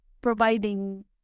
providing